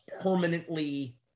permanently